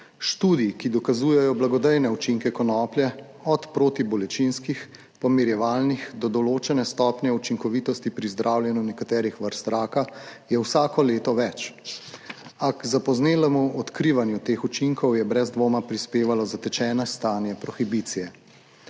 Študij, ki dokazujejo blagodejne učinke konoplje, od protibolečinskih, pomirjevalnih do določene stopnje učinkovitosti pri zdravljenju nekaterih vrst raka je vsako leto več, a k zapoznelemu odkrivanju teh učinkov je brez dvoma prispevalo zatečeno stanje prohibicije.